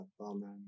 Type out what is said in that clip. Amen